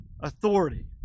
authority